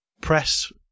press